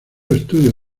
estudios